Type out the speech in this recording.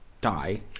die